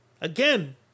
Again